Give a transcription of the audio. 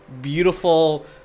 beautiful